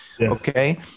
Okay